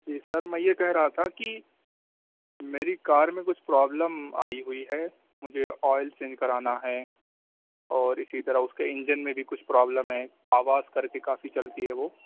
جی sir میں یہ کہہ رہا تھا کہ میری کار میں کچھ پرابلم آئی ہوئی ہے مجھے آئل چینج کرانا ہے اور اسی طرح اس کے انجن میں بھی کچھ پرابلم ہے آواز کرکے کافی چلتی ہے وہ